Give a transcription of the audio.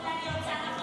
על הגיוס.